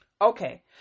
Okay